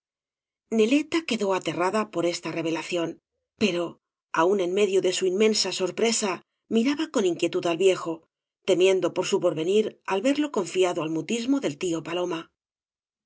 neleta quedó aterrada por esta revelación pero aun en medio de su inmensa sorpresa miraba con inquietud al viejo temiendo por su porvenir al verlo confiado al mutismo del tío paloma